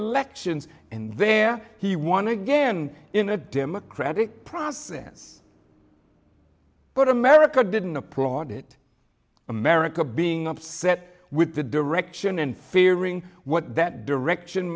elections and there he won again in a democratic process but america didn't a product america being upset with the direction and fearing what that direction